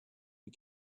you